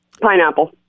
pineapple